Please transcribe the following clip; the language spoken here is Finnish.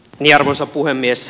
arvoisa puhemies